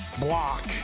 Block